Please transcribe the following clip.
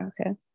okay